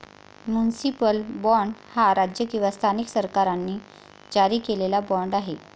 municipal bond हा राज्य किंवा स्थानिक सरकारांनी जारी केलेला बाँड आहे